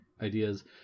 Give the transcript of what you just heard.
ideas